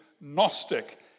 gnostic